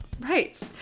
Right